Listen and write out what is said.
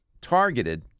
targeted